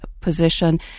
position